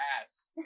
ass